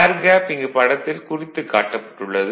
ஏர் gap இங்கு படத்தில் குறித்துக் காட்டப்பட்டுள்ளது